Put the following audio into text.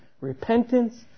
repentance